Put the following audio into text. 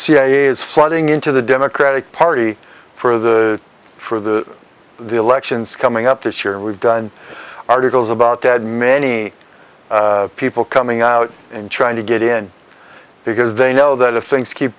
cia is flooding into the democratic party for the for the the elections coming up this year and we've done articles about that many people coming out and trying to get in because they know that if things keep